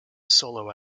solo